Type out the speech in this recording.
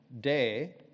day